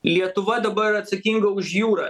lietuva dabar atsakinga už jūrą